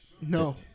No